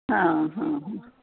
हां हां हां